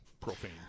profane